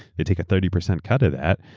they take a thirty percent cut of that.